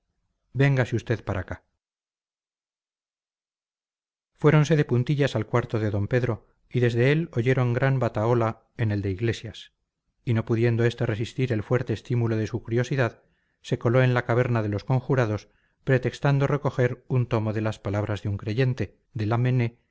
véngase usted para acá fuéronse de puntillas al cuarto de d pedro y desde él oyeron gran batahola en el de iglesias y no pudiendo este resistir el fuerte estímulo de su curiosidad se coló en la caverna de los conjurados pretextando recoger un tomo de las palabras de un creyente de lamennais que